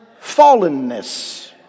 fallenness